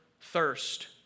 thirst